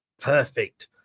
Perfect